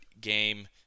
game